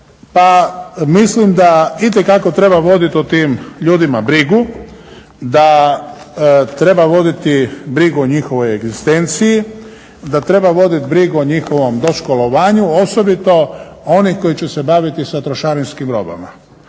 pa mislim da itekako treba vodit o tim ljudima brigu, da treba voditi brigu o njihovoj egzistenciji, da treba vodit brigu o njihovom doškolovanju osobito onih koji će se baviti sa trošarinskim robama.